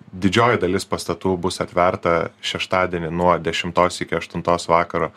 didžioji dalis pastatų bus atverta šeštadienį nuo dešimtos iki aštuntos vakaro